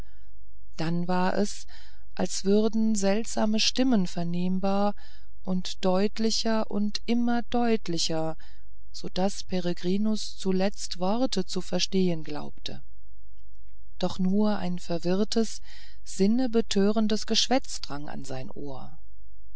dann war es als würden seltsame stimmen vernehmbar und deutlicher und immer deutlicher so daß peregrinus zuletzt worte zu verstehen glaubte doch nur ein verwirrtes sinnebetörendes geschwätz drang in sein ohr